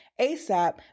ASAP